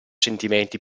sentimenti